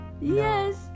yes